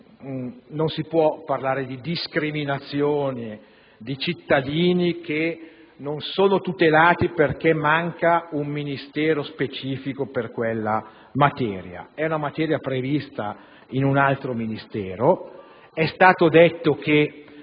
non si può parlare di discriminazione di cittadini che non sono tutelati perché manca un Ministero specifico per quella materia. È una materia prevista nell'ambito di un altro Ministero. È stato detto che